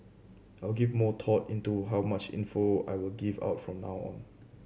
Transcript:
I will give more thought into how much info I will give out from now on